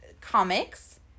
comics